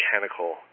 mechanical